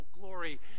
glory